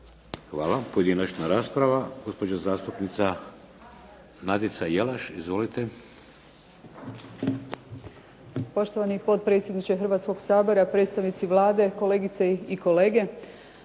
Hvala. Pojedinačna rasprava. Gospođa zastupnica Nadica Jelaš. Izvolite. **Jelaš, Nadica (SDP)** Poštovani potpredsjedniče Hrvatskog sabora, predstavnici Vlade, kolegice i kolege.